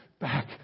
back